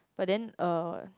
but then uh